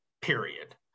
period